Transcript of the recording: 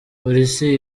polisi